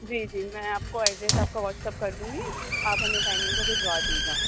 جی جی میں آپ کو ایڈریس آپ کا واٹس اپ کر دوں گی آپ ہمیں ٹائمنگ پہ بھجوا دیجیے گا